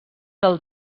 del